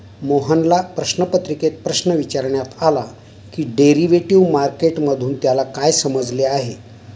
मोहनला प्रश्नपत्रिकेत प्रश्न विचारण्यात आला की डेरिव्हेटिव्ह मार्केट मधून त्याला काय समजले आहे?